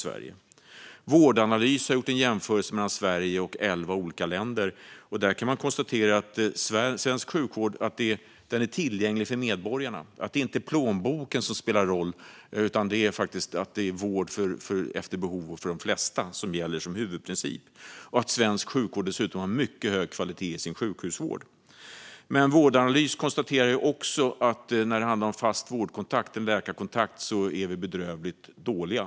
Vårdanalys har gjort en jämförelse mellan Sverige och elva olika länder, och man konstaterar att svensk sjukvård är tillgänglig för medborgarna. Plånboken styr inte, utan vård efter behov gäller som huvudprincip. Sjukhusvården är dessutom av mycket hög kvalitet. Vårdanalys konstaterar dock också att när det gäller fast vårdkontakt är vi bedrövligt dåliga.